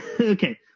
Okay